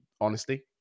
honesty